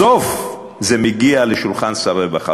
בסוף זה מגיע לשולחן שר הרווחה.